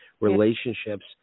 relationships